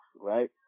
right